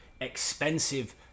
expensive